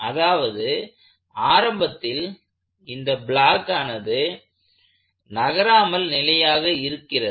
அதாவது ஆரம்பத்தில் இந்த பிளாக் ஆனது நகராமல் நிலையாக இருக்கிறது